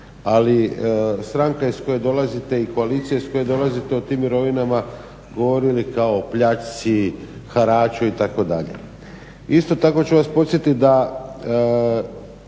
ali stranka iz koje dolazite i koalicija iz koje dolazite o tim mirovinama govorili kao o pljačci, haraču itd. Isto tako ću vas podsjetiti da